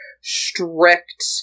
strict